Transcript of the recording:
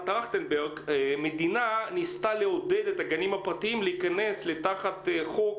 טרכטנברג המדינה ניסתה לעודד את הגנים הפרטיים להיכנס תחת חוק